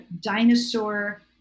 dinosaur